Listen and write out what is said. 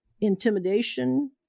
intimidation